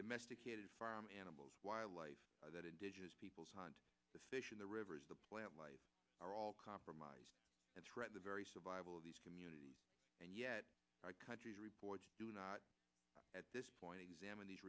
domesticated farm animals wildlife that indigenous peoples want the fish in the rivers the plant life are all compromised and threat the very survival of these communities and yet countries reports do not at this point examine these